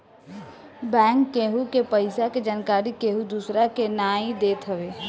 bank केहु के पईसा के जानकरी केहू दूसरा के नाई देत हवे